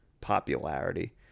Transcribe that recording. popularity